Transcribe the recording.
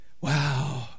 wow